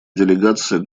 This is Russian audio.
делегация